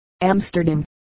Amsterdam